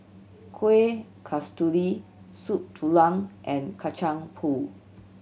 Kuih Kasturi Soup Tulang and Kacang Pool